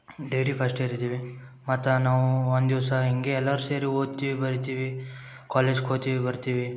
dairy first year ಇದೀವಿ ಮತ್ತು ನಾವು ಒಂದಿವಸ ಹಿಂಗೇ ಎಲ್ಲಾರು ಸೇರಿ ಓದ್ತೀವಿ ಬರಿತೀವಿ ಕಾಲೇಜ್ಗೆ ಹೋತೀವಿ ಬರ್ತೀವಿ